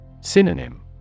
Synonym